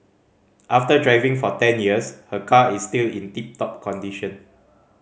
after driving for ten years her car is still in tip top condition